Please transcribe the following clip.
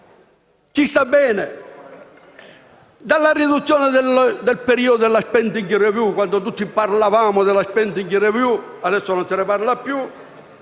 ci sta bene.